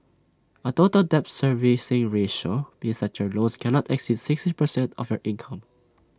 A total debt servicing ratio means such your loans cannot exceed sixty percent of your income